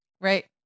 Right